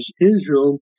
Israel